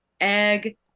egg